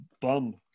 bum